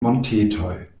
montetoj